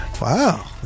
wow